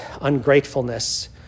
ungratefulness